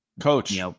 coach